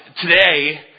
today